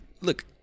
look